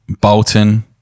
Bolton